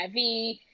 HIV